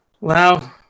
Wow